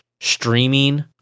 streaming